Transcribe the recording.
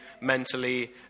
mentally